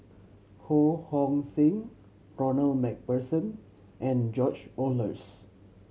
Ho Hong Sing Ronald Macpherson and George Oehlers